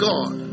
God